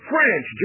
French